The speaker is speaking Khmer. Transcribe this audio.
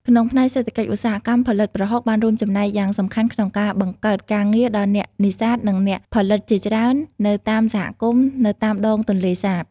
ក្នុងផ្នែកសេដ្ឋកិច្ច ឧស្សាហកម្មផលិតប្រហុកបានរួមចំណែកយ៉ាងសំខាន់ក្នុងការ បង្កើតការងារ ដល់អ្នកនេសាទ និងអ្នកផលិតជាច្រើននៅតាមសហគមន៍នៅតាមដងទន្លេសាប។